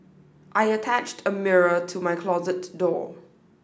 I attached a mirror to my closet door